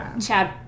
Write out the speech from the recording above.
Chad